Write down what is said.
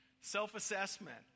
Self-assessment